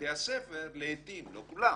בתי הספר לעיתים, לא כולם,